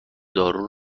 دارو